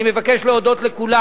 אני מבקש להודות לכולם.